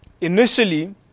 initially